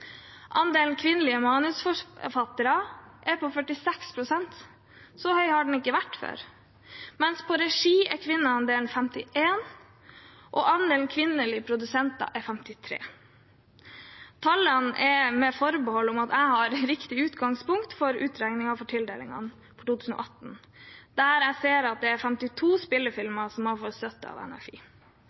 Andelen kvinnelige manusforfattere er på 46 pst., så høy har den ikke vært før, mens innen regi er kvinneandelen på 51 pst., og andelen kvinnelige produsenter er på 53 pst. Tallene er med forbehold om at jeg har riktig utgangspunkt for utregningen for tildelingene for 2018, der jeg ser at det er 52 spillefilmer som har fått støtte av NFI.